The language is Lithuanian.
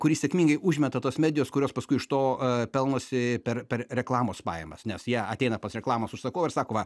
kurį sėkmingai užmeta tos medijos kurios paskui iš to pelnosi per per reklamos pajamas nes ją ateina pas reklamos užsakovą ir sako va